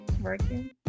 Working